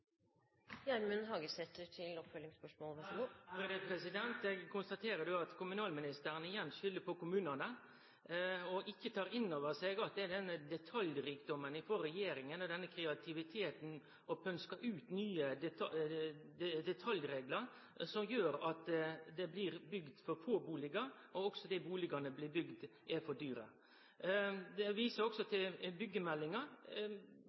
Eg konstaterer at kommunalministeren igjen skyldar på kommunane. Ho tek ikkje inn over seg at denne detaljrikdomen og kreativiteten frå regjeringa til å pønske ut nye detaljreglar, gjer at det blir bygd for få bustader, og også at dei bustadene som blir bygde, er for dyre. Ein viser også